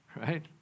right